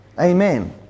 Amen